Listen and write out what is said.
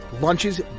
Lunches